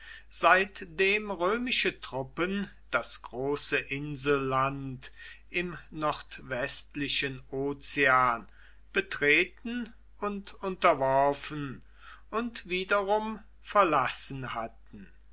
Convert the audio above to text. seitdem römische truppen das große inselland im nordwestlichen ozean betreten und unterworfen und wiederum verlassen hatten